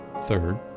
Third